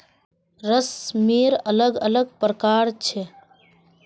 रेशमेर अलग अलग प्रकार छ